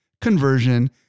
conversion